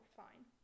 fine